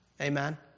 Amen